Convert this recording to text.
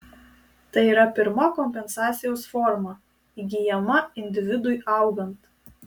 tai yra pirma kompensacijos forma įgyjama individui augant